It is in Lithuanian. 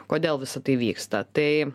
kodėl visa tai vyksta tai